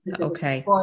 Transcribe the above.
Okay